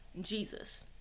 Jesus